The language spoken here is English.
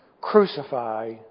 Crucify